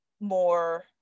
more